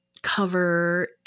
cover